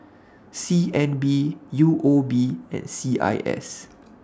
C N B U O B and C I S